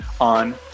on